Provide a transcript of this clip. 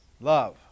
Love